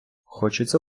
хочеться